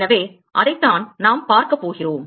எனவே அதைத்தான் நாம் பார்க்கப் போகிறோம்